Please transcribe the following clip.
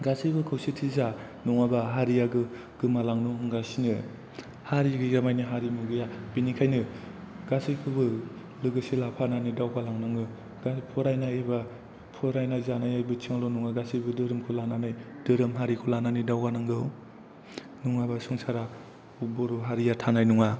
गासैबो खौसेथि जा नङाबा हारिया गोमालांनो हमगासिनो हारि गैया माने हारिमु गैया बेनिखायनो गासैखौबो लोगोसे लाफानानै दावगालांनागौ दा फरायनाय एबा फरायनाय जानाय बिथिङावल' नङा गासैबो धोरोमखौ लानानै धोरोम हारिखौ लानानै दावगानांगौ नङाबा संसारा बर' हारिया थानाय नङा